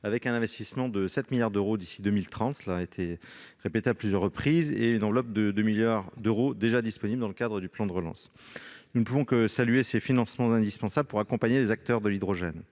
Un investissement de 7 milliards d'euros d'ici à 2030 est prévu, une enveloppe de 2 milliards d'euros étant déjà disponible dans le cadre du plan de relance. Nous ne pouvons que saluer ces financements indispensables pour accompagner les acteurs de l'hydrogène,